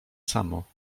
samo